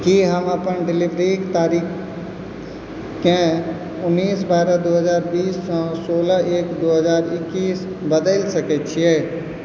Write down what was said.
की हम अपन डिलीवरी क तारीखकेँ उन्नीस बारह दू हजार बीस सँ सोलह एक दू हजार इक्कीस बदलि सकै छियै